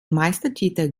meistertitel